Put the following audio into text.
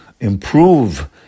improve